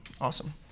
Awesome